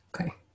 Okay